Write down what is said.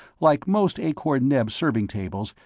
like most akor-neb serving tables,